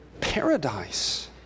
paradise